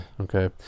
Okay